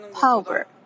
power